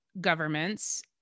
governments